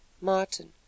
Martin